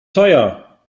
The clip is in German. teuer